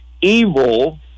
evil